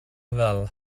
well